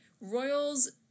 Royals